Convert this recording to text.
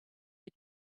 you